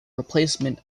replacement